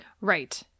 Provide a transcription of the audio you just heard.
Right